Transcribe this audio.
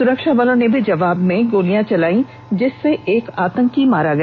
सुरक्षाबलों ने भी जवाब में गोलियां चलाई जिससे एक आतंकी मारा गया